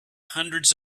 hundreds